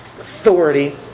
authority